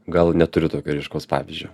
gal neturiu tokio ryškaus pavyzdžio